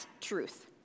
truth